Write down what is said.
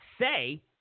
say